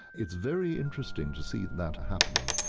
it's very interesting to see that happening.